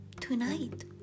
tonight